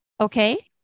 Okay